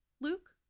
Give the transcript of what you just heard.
Luke